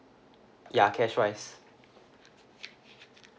ya cash wise